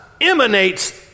emanates